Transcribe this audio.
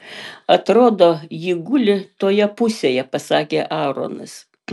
atrodo ji guli toje pusėje pasakė aaronas